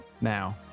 now